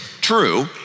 True